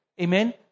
Amen